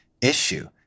issue